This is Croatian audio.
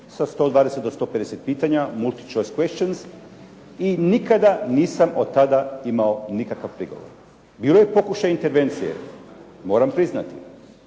sa 120 do 150 pitanja "multichoice questions" i nikada nisam otada imao nikakav prigovor. Bilo je pokušaja intervencije, moram priznati.